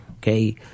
okay